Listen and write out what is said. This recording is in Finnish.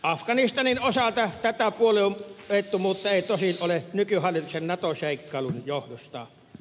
afganistanin osalta tätä puolueettomuutta ei tosin ole nykyhallituksen nato seikkailun johdosta